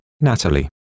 Natalie